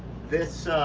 this